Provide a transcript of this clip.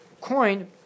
coin